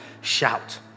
shout